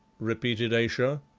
repeated ayesha.